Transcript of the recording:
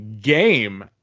game